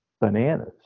bananas